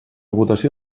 votació